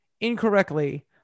incorrectly